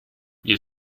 wir